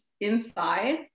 inside